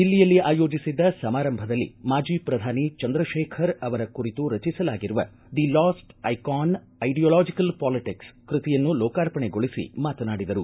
ದಿಲ್ಲಿಯಲ್ಲಿ ಆಯೋಜಿಸಿದ್ದ ಸಮಾರಂಭದಲ್ಲಿ ಮಾಜಿ ಪ್ರಧಾನಿ ಚಂದ್ರತೇಖರ್ ಅವರ ಕುರಿತು ರಚಿಸಲಾಗಿರುವ the last icon ideological politics ಕೃತಿಯನ್ನು ಲೋಕಾರ್ಪಣೆಗೊಳಿಸಿ ಮಾತನಾಡಿದರು